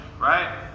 Right